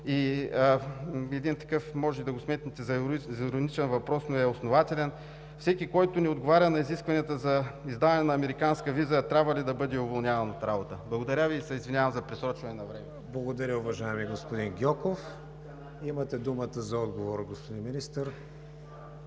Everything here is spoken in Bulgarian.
и един такъв, може да го сметнете за ироничен въпрос, но е основателен – всеки, който не отговаря на изискванията за издаване на американска виза, трябва ли да бъде уволняван от работа? Благодаря Ви и се извинявам за просрочване на времето. ПРЕДСЕДАТЕЛ ЕМИЛ ХРИСТОВ: Благодаря, уважаеми господин Гьоков. Имате думата за отговор, господин Министър.